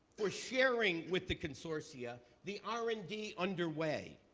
for sharing with the consortia the r and d underway.